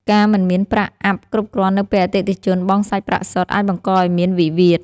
ការមិនមានប្រាក់អាប់គ្រប់គ្រាន់នៅពេលអតិថិជនបង់សាច់ប្រាក់សុទ្ធ អាចបង្កឱ្យមានវិវាទ។